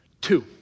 two